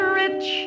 rich